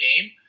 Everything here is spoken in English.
game